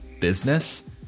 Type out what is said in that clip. business